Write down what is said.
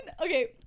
okay